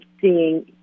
seeing